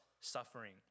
suffering